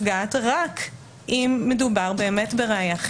טיפולי יהיה רק באין ברירה או כמוצא אחרון.